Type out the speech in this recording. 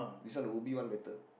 this one the Ubi one better